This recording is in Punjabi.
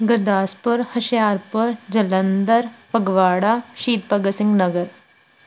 ਗੁਰਦਾਸਪੁਰ ਹੁਸ਼ਿਆਰਪੁਰ ਜਲੰਧਰ ਫਗਵਾੜਾ ਸ਼ਹੀਦ ਭਗਤ ਸਿੰਘ ਨਗਰ